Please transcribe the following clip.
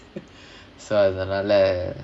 so அதனாலா:adhanaala